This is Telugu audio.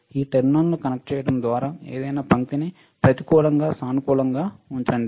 ఈ టెర్మినల్ను కనెక్ట్ చేయడం ద్వారా ఏదైనా పంక్తిని ప్రతికూలంగా సానుకూలంగా ఉంచండి